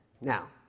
Now